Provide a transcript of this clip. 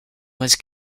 was